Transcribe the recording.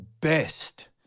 Best